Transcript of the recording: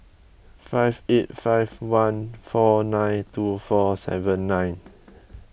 five eight five one four nine two four seven nine